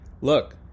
look